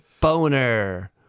Boner